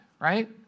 right